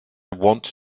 want